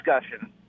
discussion